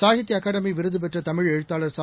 சாகித்பஅகாடமிவிருதுபெற்றதமிழ் எழுத்தாளர் சா